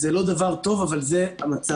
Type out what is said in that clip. זה לא דבר טוב, אבל זה המצב.